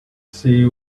see